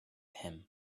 him